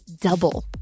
double